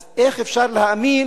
אז איך אפשר להאמין,